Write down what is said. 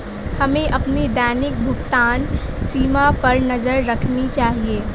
हमें अपनी दैनिक भुगतान सीमा पर नज़र रखनी चाहिए